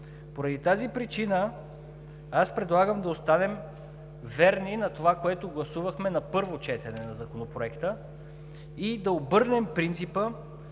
Поради тази причина предлагам да останем верни на това, което гласувахме на първо четене на Законопроекта, и да обърнем принципа,